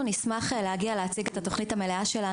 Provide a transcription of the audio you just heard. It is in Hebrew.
אנחנו נשמח להציג את התכנית המלאה שלנו.